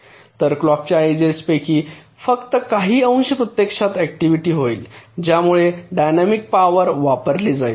तर क्लॉकच्या एजेस पैकी फक्त काही अंश प्रत्यक्षात ऍक्टिव्हिटी होईल ज्यामुळे डायनॅमिक पॉवर वापरली जाईल